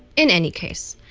in any case,